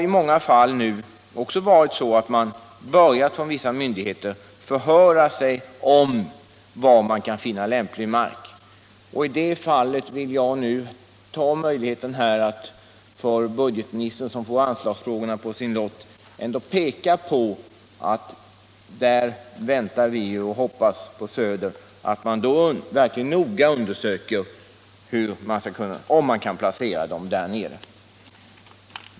I många fall har också olika myndigheter nu börjat förhöra sig om var de kan finna lämplig mark. Jag vill därför nu begagna tillfället att för budgetministern, som får anslagsfrågorna på sin lott, peka på att vi på söder hoppas att man noga undersöker om det är möjligt att placera verksamheten där nere.